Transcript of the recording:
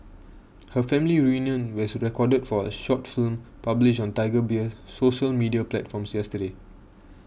her family reunion was recorded for a short film published on Tiger Beer's social media platforms yesterday